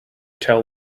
tell